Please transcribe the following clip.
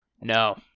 No